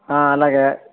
అలాగే